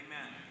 Amen